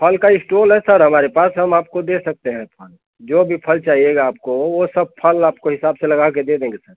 फल का स्टोल है सर हमारे पास हम आपको दे सकते हैं ऐसा जो भी फल चाहियेगा आपको वो सब फल आपको हिसाब से लगा कर दे देंगे सर